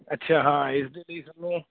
ਅੱਛਾ ਹਾਂ ਇਸ ਦੇ ਲਈ ਤੁਹਾਨੂੰ